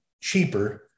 cheaper